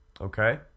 Okay